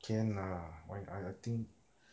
can ah I I I think